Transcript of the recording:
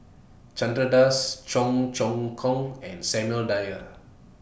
Chandra Das Cheong Choong Kong and Samuel Dyer